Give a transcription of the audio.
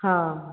हाँ